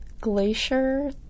Glacier